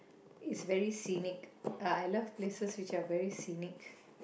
is very scenic I love places which are very scenic